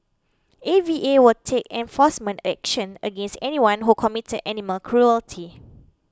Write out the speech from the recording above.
A V A will take enforcement action against anyone who committed animal cruelty